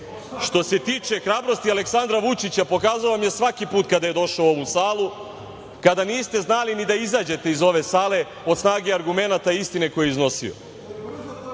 se tiče hrabrosti Aleksandra Vučića, pokazao vam je svaki put kada je došao u ovu salu, kada niste znali ni da izađete iz ove sale od snage argumenata istine koju je iznosio. Ali,